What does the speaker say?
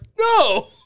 no